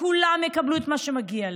שכולם יקבלו את מה שמגיע להם.